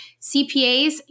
CPAs